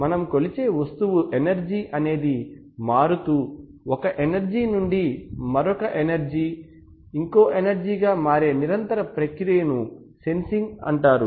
మనం కొలిచే వస్తువు ఎనర్జి అనేది మారుతూ ఒక ఎనర్జీ నుంచి ఇంకో ఎనర్జీగా మారే నిరంతర ప్రక్రియను సెన్సింగ్ అంటారు